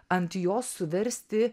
ant jos suversti